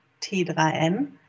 T3N